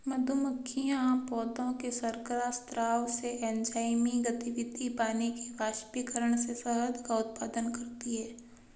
मधुमक्खियां पौधों के शर्करा स्राव से, एंजाइमी गतिविधि, पानी के वाष्पीकरण से शहद का उत्पादन करती हैं